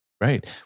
Right